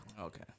Okay